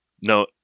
No